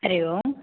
Hari Om